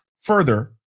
further